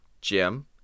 Jim